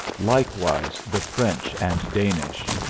likewise the french and danish.